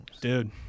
Dude